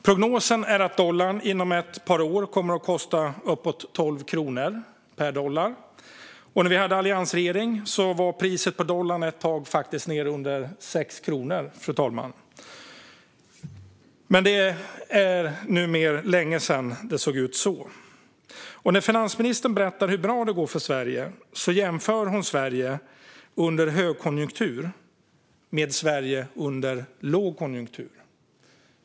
Prognosen är att dollarn inom ett par år kommer att kosta uppemot 12 kronor. När vi hade en alliansregering var priset på dollarn ett tag nere under 6 kronor, fru talman. Men det är nu länge sedan det såg ut så. När finansministern berättar hur bra det går för Sverige jämför hon Sverige under högkonjunktur med Sverige under lågkonjunktur.